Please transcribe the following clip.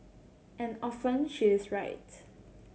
and often she is right